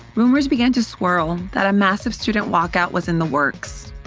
rumors began to swirl that a massive student walkout was in the works.